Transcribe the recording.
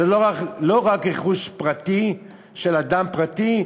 זה לא רק רכוש פרטי של אדם פרטי,